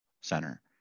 center